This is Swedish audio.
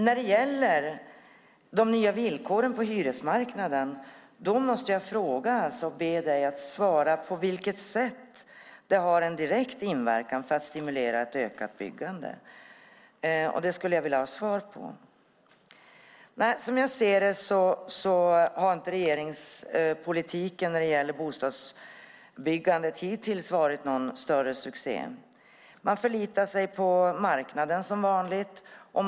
Jag måste be ministern att svara på frågan om på vilket sätt de nya villkoren på hyresmarknaden har en direkt inverkan för att stimulera ett ökat byggande. Det skulle jag vilja ha svar på. Som jag ser det har regeringens politik när det gäller bostadsbyggande inte varit någon större succé hittills. Man förlitar sig på marknaden som vanligt.